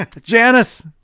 Janice